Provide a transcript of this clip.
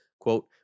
Quote